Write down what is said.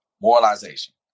moralization